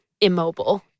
immobile